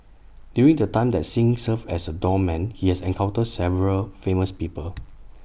during the time that Singh served as A doorman he has encountered several famous people